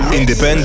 Independent